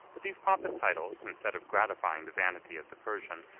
but these pompous titles, instead of gratifying the vanity of the persian,